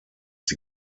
die